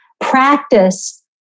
practice